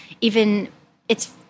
Even—it's